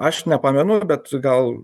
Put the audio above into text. aš nepamenu bet gal